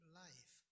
life